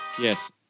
yes